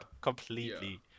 completely